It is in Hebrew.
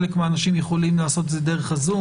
חלק מהאנשים יכולים לעשות את זה דרך הזום,